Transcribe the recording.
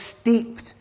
steeped